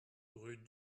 rue